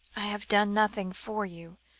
i have done nothing for you,